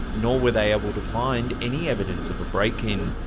nor were they able to find any evidence of a break in.